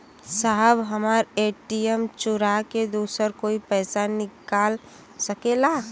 साहब हमार ए.टी.एम चूरा के दूसर कोई पैसा निकाल सकेला?